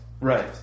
Right